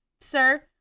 sir